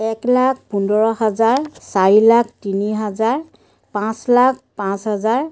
এক লাখ পোন্ধৰ হাজাৰ চাৰি লাখ তিনি হাজাৰ পাঁচ লাখ পাঁচ হাজাৰ